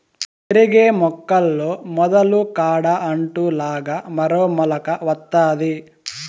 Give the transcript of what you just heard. పెరిగే మొక్కల్లో మొదలు కాడ అంటు లాగా మరో మొలక వత్తాది